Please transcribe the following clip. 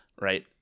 right